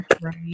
right